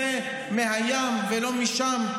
מהים ולא משם,